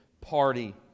party